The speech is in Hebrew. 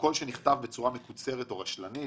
פרוטוקול שנכתב בצורה מקוצרת או רשלנית